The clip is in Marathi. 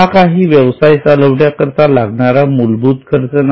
हा काही व्यवसाय चालविण्याकरिता लागणारा मूलभूत खर्च नाही